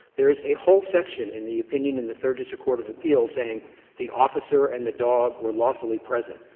there is a whole section in the opinion in the third district court of appeals saying the officer and the dog were lawfully present.